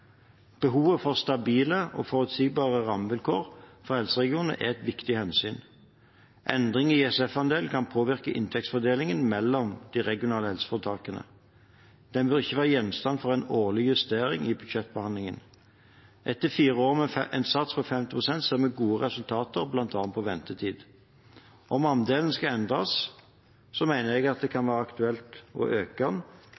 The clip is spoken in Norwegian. Behovet for stabile og forutsigbare rammevilkår for helseregionene er et viktig hensyn. Endring i ISF-andel kan påvirke inntektsfordelingen mellom de regionale helseforetakene. Den bør ikke være gjenstand for en årlig justering i budsjettbehandlingen. Etter fire år med en sats på 50 pst. ser vi gode resultater på bl.a. ventetid. Om andelen skal endres, mener jeg det kan